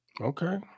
Okay